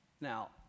Now